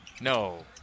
No